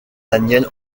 daniel